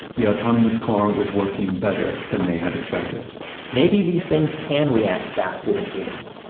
the autonomous car was working better than they had expected maybe these things can react faster than humans,